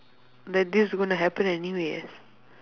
that this is going to happen anyway